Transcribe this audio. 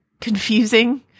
confusing